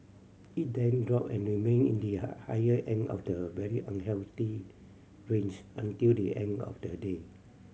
it then dropped and remained in the higher end of the very unhealthy range until the end of the day